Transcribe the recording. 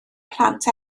plant